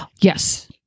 yes